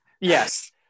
Yes